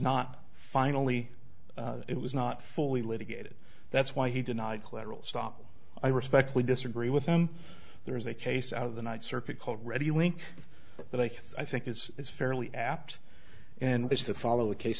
not finally it was not fully litigated that's why he denied collateral stop i respectfully disagree with him there is a case out of the ninth circuit called ready link that i think it's fairly apt and is to follow a case